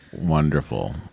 wonderful